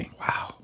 Wow